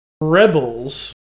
Rebels